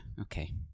Okay